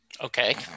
Okay